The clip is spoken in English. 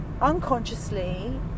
unconsciously